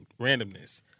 randomness